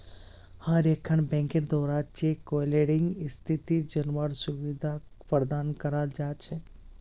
हर एकखन बैंकेर द्वारा चेक क्लियरिंग स्थिति जनवार सुविधा प्रदान कराल जा छेक